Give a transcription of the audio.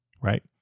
Right